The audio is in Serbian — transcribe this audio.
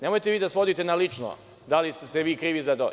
Nemojte vi da svodite na lično, da li ste vi krivi za to.